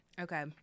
Okay